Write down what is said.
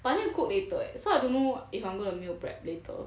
but I need to cook later so I don't know if I'm gonna meal prep later eh